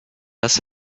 das